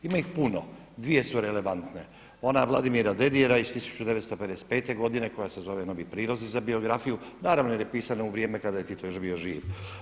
Ima ih puno, dvije su relevantne, ona Vladimira Dedijera iz 1955. godine koja se zove „Novi prilozi za biografiju“ naravno jer je u pisana u vrijeme kada je Tito još bio živ.